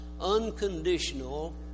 unconditional